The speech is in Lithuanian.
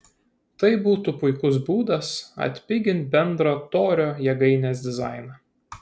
tai būtų puikus būdas atpigint bendrą torio jėgainės dizainą